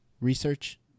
research